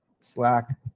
Slack